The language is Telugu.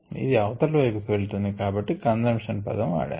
ఇది అవతలి వైపుకి వెలుతుంది కాబట్టి కన్సంషన్ పదం వాడారు